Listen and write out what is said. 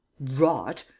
rot!